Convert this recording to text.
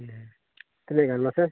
ᱦᱮᱸ ᱛᱤᱱᱟᱹᱜ ᱜᱟᱱ ᱢᱟᱥᱮ